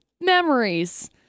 memories